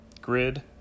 grid